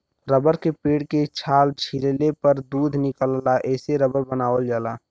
rubber के पेड़ के छाल छीलले पर दूध निकलला एसे रबर बनावल जाला